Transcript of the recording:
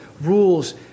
rules